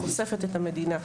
חושפת את המדינה,